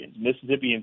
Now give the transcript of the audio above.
Mississippians